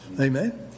Amen